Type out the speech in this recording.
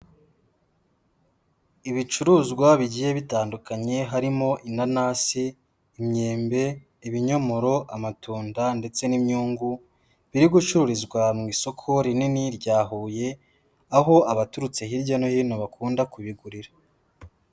Ibicuruzwa bigiye bitandukanye, harimo inanasi, imyembe, ibinyomoro, amatunda ndetse n'imyungu, biri gucururizwa mu isoko rinini rya Huye, aho abaturutse hirya no hino bakunda kubigurira.